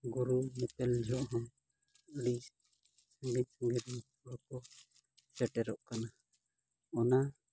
ᱜᱩᱨᱩ ᱧᱮᱯᱮᱞ ᱡᱚᱠᱷᱚᱱ ᱦᱚᱸ ᱟᱹᱰᱤ ᱥᱟᱺᱜᱤᱧ ᱥᱟᱺᱜᱤᱧ ᱨᱮᱱ ᱦᱚᱲ ᱠᱚ ᱥᱮᱴᱮᱨᱚᱜ ᱠᱟᱱᱟ ᱚᱱᱟ